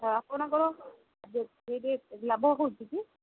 ଆପଣଙ୍କର ଲାଭ ହେଉଛି କି